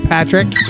Patrick